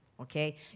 Okay